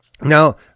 Now